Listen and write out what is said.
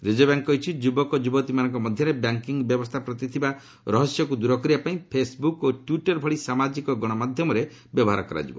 reserve bank କହିଛି ଯୁବକ ଯୁବତୀମାନଙ୍କ ମନରେ ବ୍ୟାଙ୍କିଙ୍ଗ୍ ବ୍ୟବସ୍ଥା ପ୍ରତି ଥିବା ରହସ୍ୟକୁ ଦୂର କରିବାପାଇଁ ଫେସ୍ବୁକ୍ ଓ ଟ୍ୱିଟର୍ ଭଳି ସାମାଜିକ ଗଣମାଧ୍ୟମରେ ବ୍ୟବହାର କରାଯିବ